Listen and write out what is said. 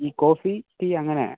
ഈ coffee tea അങ്ങനെ